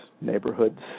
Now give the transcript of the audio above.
neighborhoods